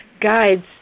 guides